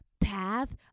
path